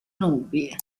nubi